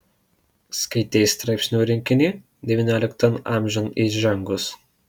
skaitei straipsnių rinkinį devynioliktan amžiun įžengus